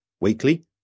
weekly